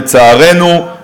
לצערנו,